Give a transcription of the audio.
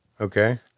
Okay